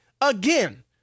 Again